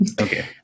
Okay